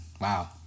Wow